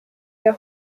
der